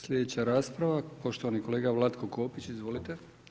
Slijedeća rasprava, poštovani kolega Vlatko Kopić, izvolite.